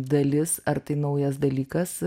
dalis ar tai naujas dalykas